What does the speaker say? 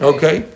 Okay